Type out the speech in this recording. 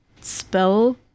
spell